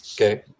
Okay